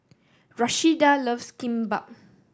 Rashida loves Kimbap